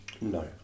No